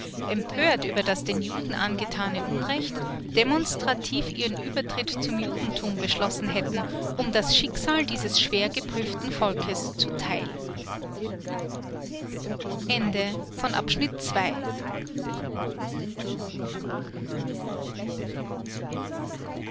empört über das den juden angetane unrecht demonstrativ ihren uebertritt zum judentum beschlossen hätten um das schicksal dieses schwer geprüften volkes zu teilen